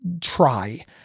try